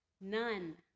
None